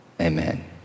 Amen